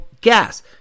gas